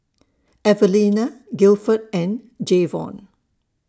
Evelena Gilford and Jayvon